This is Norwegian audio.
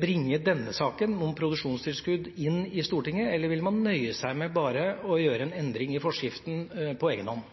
bringe denne saken om produksjonstilskudd inn i Stortinget, eller vil man nøye seg med bare å gjøre en endring i forskriften på egen hånd?